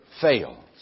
fails